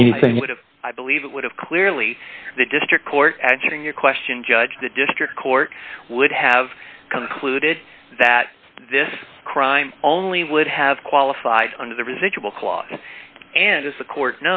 have i believe it would have clearly the district court answering your question judge the district court would have concluded that this crime only would have qualified under the residual clause and as the court